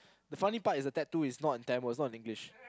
the funny part is that the tattoo is not in Tamil it's not in English